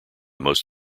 most